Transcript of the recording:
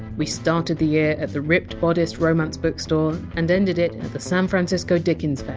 we started the year at the ripped bodice romance bookstore, and ended it at the san francisco dickens fair.